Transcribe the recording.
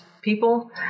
people